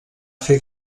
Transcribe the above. fer